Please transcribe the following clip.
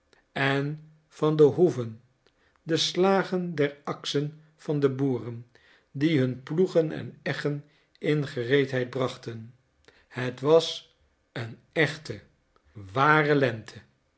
en van de hoeven de slagen der aksten van de boeren die hun ploegen en eggen in gereedheid brachten het was een echte ware lente